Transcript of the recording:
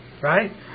right